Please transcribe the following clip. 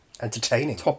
Entertaining